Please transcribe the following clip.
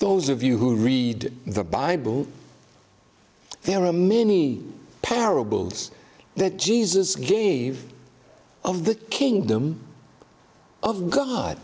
those of you who read the bible there are many parables that jesus gave of the kingdom of god